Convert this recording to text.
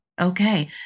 Okay